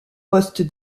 poste